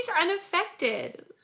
unaffected